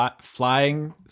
flying